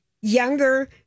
younger